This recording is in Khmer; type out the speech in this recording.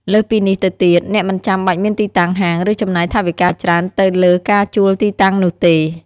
លើសពីនេះទៅទៀត អ្នកមិនចាំបាច់មានទីតាំងហាង ឬចំណាយថវិកាច្រើនទៅលើការជួលទីតាំងនោះទេ។